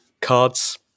cards